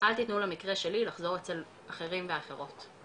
אל תתנו למקרה שלי לחזור אצל אחרים ואחרות,